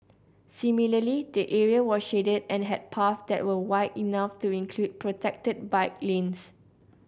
similarly the area was shaded and had paths that were wide enough to include protected bike lanes